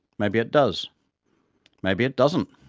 maybe it does maybe it doesn't.